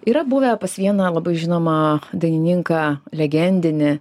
yra buvę pas vieną labai žinomą dainininką legendinį